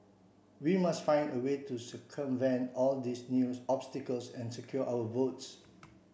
we must find a way to circumvent all these new obstacles and secure our votes